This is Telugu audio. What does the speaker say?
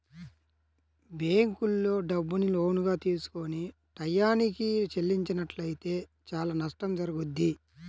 బ్యేంకుల్లో డబ్బుని లోనుగా తీసుకొని టైయ్యానికి చెల్లించనట్లయితే చానా నష్టం జరుగుద్ది